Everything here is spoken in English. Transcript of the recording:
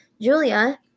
Julia